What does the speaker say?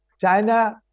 China